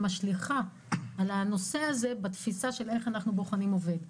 שמשליכה על הנושא הזה בתפיסה של איך אנחנו בוחנים עובד.